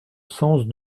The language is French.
sens